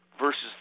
versus